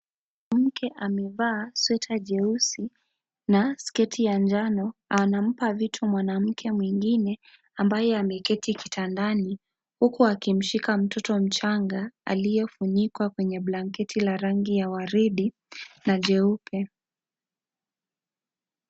Mwanamke amevaa sweta jeusi na sketi ya njano anampa vitu mwanamke mwingine ambaye ameketi kitandani huku akimshika mtoto mchanga aliyefunikwa kwenye blanketi ya rangi ya waridi na jeupe.